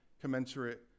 commensurate